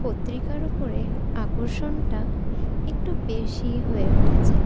পত্রিকার ওপরে আকর্ষণটা একটু বেশিই হয়ে উঠেছে